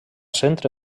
centre